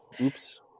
oops